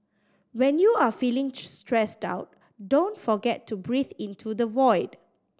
when you are feeling stressed out don't forget to breathe into the void